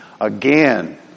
Again